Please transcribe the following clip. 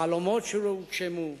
חלומות שלא הוגשמו.